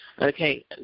Okay